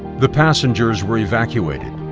the passengers were evacuated.